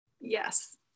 Yes